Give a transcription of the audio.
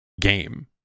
game